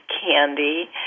candy